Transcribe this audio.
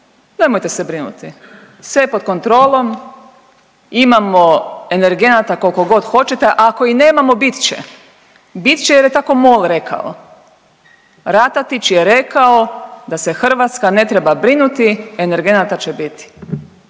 Nemojte se brinuti, sve je pod kontrolom, imamo energenata koliko god hoćete. Ako i nemamo bit će. Bit će, jer je tako MOL rekao. Ratatić je rekao da se Hrvatska ne treba brinuti, energenata će biti.